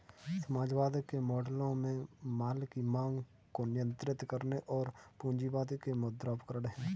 समाजवाद के मॉडलों में माल की मांग को नियंत्रित करने और पूंजीवाद के मुद्रा उपकरण है